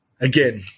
Again